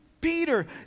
Peter